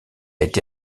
été